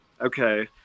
okay